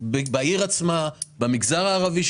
בעיר עצמה ובמגזר הערבי.